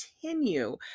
continue